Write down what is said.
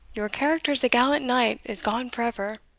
your character as a gallant knight is gone for ever.